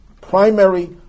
Primary